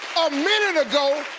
minute ago,